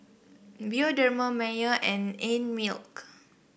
Bioderma Mayer and Einmilk